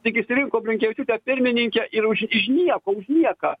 tik išsirinko blinkevičiūtę pirmininke ir už iš nieko už nieką